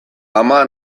ama